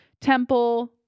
Temple